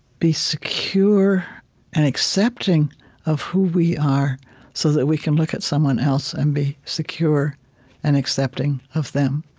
be secure and accepting of who we are so that we can look at someone else and be secure and accepting of them.